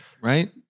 Right